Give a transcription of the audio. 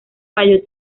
fallo